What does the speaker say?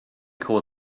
call